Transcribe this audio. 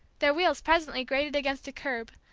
their wheels presently grated against a curb,